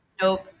Nope